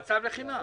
על מצב לחימה.